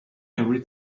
every